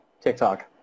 TikTok